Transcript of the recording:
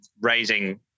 raising